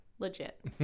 Legit